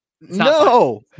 No